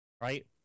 Right